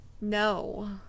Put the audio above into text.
no